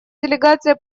делегация